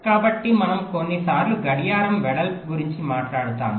కాబట్టి మనము కొన్నిసార్లు గడియారం వెడల్పు గురించి మాట్లాడుతాము